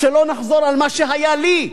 שלא נחזור על מה שהיה לי.